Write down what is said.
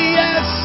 yes